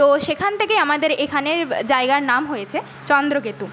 তো সেখান থেকেই আমাদের এখানের জায়গার নাম হয়েছে চন্দ্রকেতু